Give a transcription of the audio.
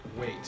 Wait